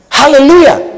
hallelujah